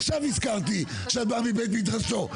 עכשיו נזכרתי שאת באה בבית מדרשו,